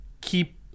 keep